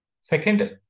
Second